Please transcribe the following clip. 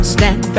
Stand